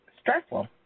stressful